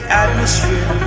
atmosphere